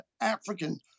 African